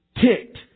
ticked